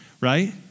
right